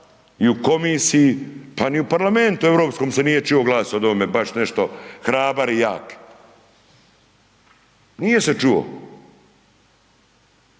i u komisiji pa ni u Parlamentu europskom se nije čuo glas o ovome baš nešto, hrabar i jak. Nije se čuo.